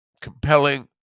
compelling